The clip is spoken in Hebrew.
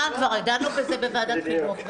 כבר דנו בזה בוועדת חינוך.